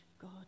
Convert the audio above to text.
God